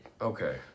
Okay